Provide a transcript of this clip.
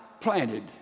planted